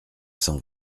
cent